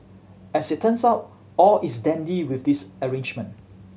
as it turns out all is dandy with this arrangement